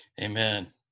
Amen